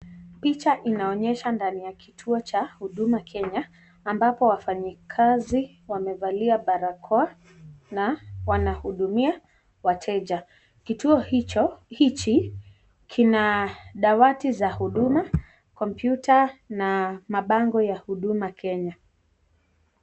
Picha inaonyesha ndani ya kituo cha Huduma Kenya ambapo wafanyikazi wamevalia barakoa na wanahudumia wateja. Kituo hicho hichi kina dawati za huduma , kompyuta na mabango ya Huduma Kenya.